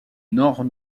nord